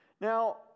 Now